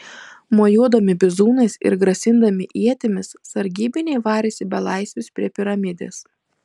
mojuodami bizūnais ir grasindami ietimis sargybiniai varėsi belaisvius prie piramidės